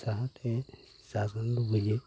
जाहाते जाग्रोनो लुबैयो